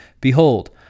Behold